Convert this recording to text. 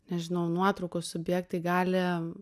nežinau nuotraukų subjektai gali